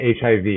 HIV